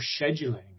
scheduling